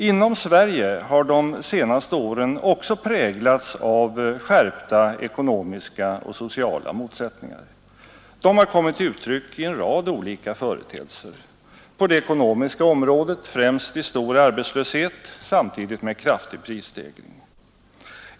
Inom Sverige har de senaste åren också präglats av skärpta ekonomiska och sociala motsättningar. De har kommit till uttryck i en rad olika företeelser, på det ekonomiska området främst i stor arbetslöshet samtidigt med kraftig prisstegring.